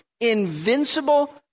invincible